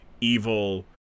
evil